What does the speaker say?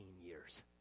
years